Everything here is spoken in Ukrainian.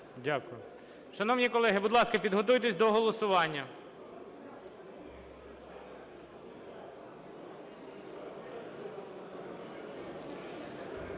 Дякую. Шановні колеги, будь ласка, підготуйтесь до голосування.